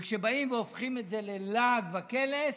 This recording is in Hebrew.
כשבאים והופכים את זה ללעג וקלס,